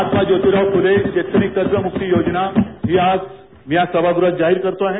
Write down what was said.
महात्मा ज्योतीराव फूले शेतकरी कर्ज मुक्ती योजना मी आज या सभागृहात जाहीर करत आहे